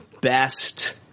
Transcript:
best